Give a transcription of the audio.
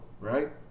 right